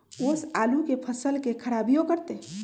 ओस आलू के फसल के खराबियों करतै?